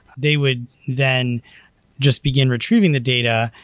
they would then just begin retrieving the data,